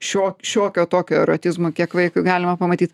šio šiokio tokio erotizmo kiek vaikui galima pamatyt